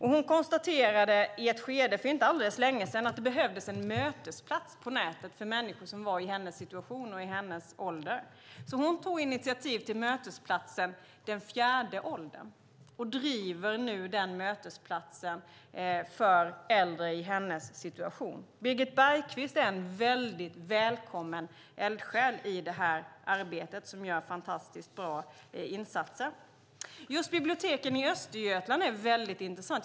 Hon konstaterade i ett skede för inte så länge sedan att det behövdes en mötesplats på nätet för människor som var i hennes situation och i hennes ålder. Hon tog då initiativ till mötesplatsen Fjärde åldern och driver nu denna mötesplats för äldre i hennes situation. Birgit Bergkvist är en mycket välkommen eldsjäl i detta arbete och gör fantastiskt bra insatser. Just biblioteken i Östergötland är intressanta.